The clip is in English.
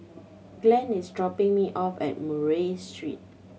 Glen is dropping me off at Murray Street